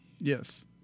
Yes